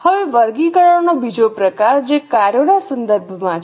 હવે વર્ગીકરણનો બીજો પ્રકાર જે કાર્યોના સંદર્ભમાં છે